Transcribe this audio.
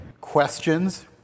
questions